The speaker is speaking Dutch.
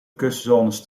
kustzones